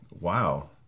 Wow